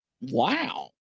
Wow